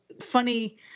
funny